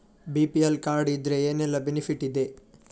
BPL card ಇದ್ರೆ ಏನೆಲ್ಲ benefit ಇದೆ?